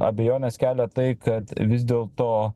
abejones kelia tai kad vis dėlto